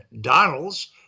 Donalds